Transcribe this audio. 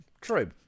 True